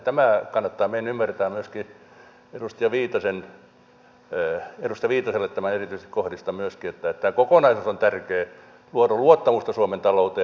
tämä kannattaa meidän ymmärtää myöskin edustaja viitaselle tämän erityisesti kohdistan myöskin että tämä kokonaisuus on tärkeä luoda luottamusta suomen talouteen